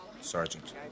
Sergeant